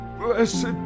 Blessed